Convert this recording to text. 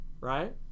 right